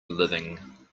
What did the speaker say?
living